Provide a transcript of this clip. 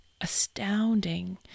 astounding